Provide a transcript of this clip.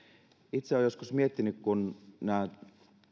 itse olen joskus miettinyt että nämä